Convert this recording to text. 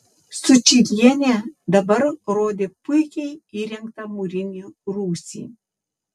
sučylienė dabar rodė puikiai įrengtą mūrinį rūsį